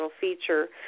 feature